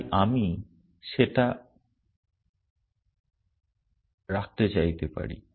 তাই আমি সেটা রাখতে চাইতে পারি